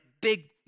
big